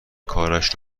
کارش